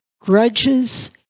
grudges